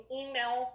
email